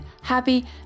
happy